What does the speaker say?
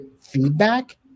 feedback